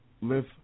live